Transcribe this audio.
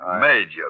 Major